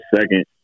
second